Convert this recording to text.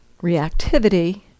reactivity